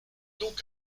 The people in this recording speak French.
donc